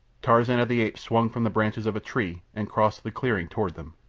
tarzan of the apes swung from the branches of a tree and crossed the clearing toward them.